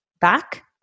back